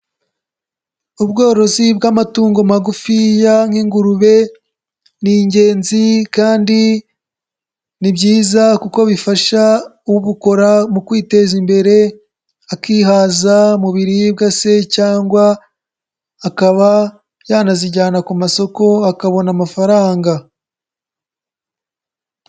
Ubworozi bw'amatungo magufiya nk'ingurube ni ingenzi kandi ni byiza kuko bifasha ubukora mu kwiteza imbere akihaza mu biribwa se cyangwa akaba yanazijyana ku masoko akabona amafaranga.